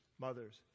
mothers